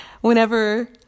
Whenever